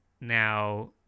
now